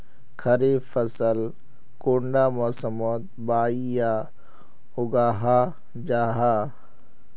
खरीफ फसल कुंडा मोसमोत बोई या उगाहा जाहा?